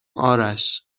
آرش